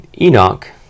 Enoch